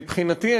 מבחינתי,